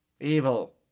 Evil